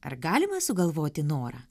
ar galima sugalvoti norą